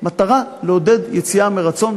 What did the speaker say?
במטרה לעודד יציאה מרצון,